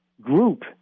group